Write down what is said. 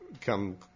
come